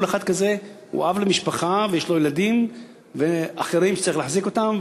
כל אחד כזה הוא אב למשפחה ויש לו ילדים ואחרים שהוא צריך להחזיק אותם.